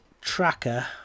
tracker